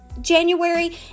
january